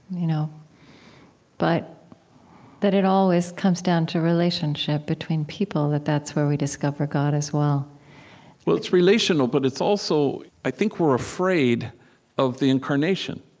you know but that it always comes down to relationship between people that that's where we discover god, as well well, it's relational, but it's also i think we're afraid of the incarnation.